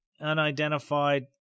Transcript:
unidentified